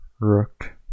rook